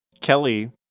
Kelly